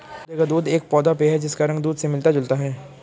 पौधे का दूध एक पौधा पेय है जिसका रंग दूध से मिलता जुलता है